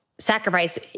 sacrifice